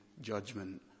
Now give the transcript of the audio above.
judgment